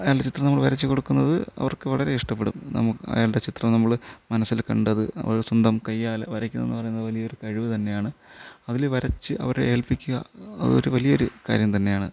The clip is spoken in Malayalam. അയാളുടെ ചിത്രം നമ്മൾ വരച്ചു കൊടുക്കുന്നത് അവർക്ക് വളരെ ഇഷ്ടപെടും നമുക്ക് അയാളുടെ ചിത്രം നമ്മള് മനസ്സിൽ കണ്ടത് നമ്മുടെ സ്വന്തം കയ്യാൽ വരയ്ക്കുന്നെന്ന് പറയുന്നത് ഒരു വലിയ കഴിവ്തന്നെയാണ് അതില് വരച്ച് അവരെ ഏൽപ്പിക്കുക അത് ഒരു വലിയ ഒരു കാര്യം തന്നെയാണ്